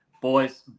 boys